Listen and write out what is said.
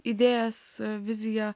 idėjas viziją